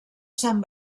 sant